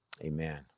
Amen